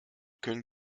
können